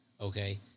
okay